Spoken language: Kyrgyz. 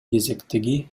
кезектеги